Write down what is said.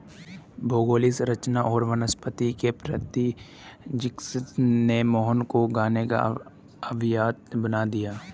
भौगोलिक संरचना और वनस्पति के प्रति जिज्ञासा ने मोहन को गाने की अभियंता बना दिया